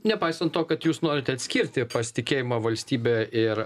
nepaisant to kad jūs norite atskirti pasitikėjimą valstybe ir